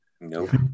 Nope